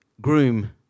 groom